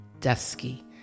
Dusky